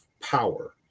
power